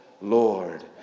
Lord